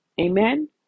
Amen